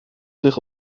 zich